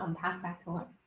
um halfbacks alone.